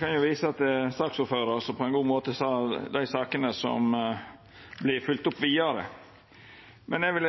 kan visa til det saksordføraren på ein god måte sa om dei sakene som vert følgde opp vidare, men eg vil